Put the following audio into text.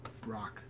Brock